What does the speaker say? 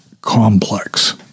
Complex